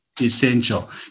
essential